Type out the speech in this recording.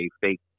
fake